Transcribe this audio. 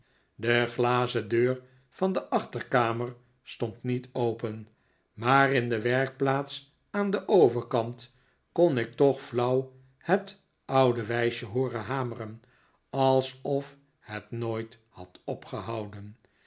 de glazen deur van de achterkamer stond niet open maar in de werkplaats aan den overkant kon ik toch flauw het oude wijsje hooren hameren alsof het nooit had opgehouden